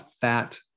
fat